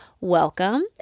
welcome